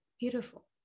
Beautiful